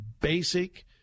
basic